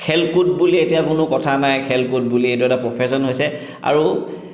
খেল কুদ বুলি এতিয়া কোনো কথা নাই খেল কুদ বুলি এইটো এটা প্ৰফেশ্যন হৈছে আৰু